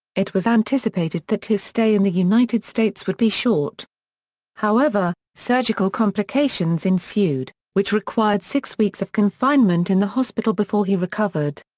it was anticipated that his stay in the united states would be short however, surgical complications ensued, which required six weeks of confinement in the hospital before he recovered.